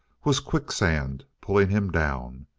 was quicksand pulling him down.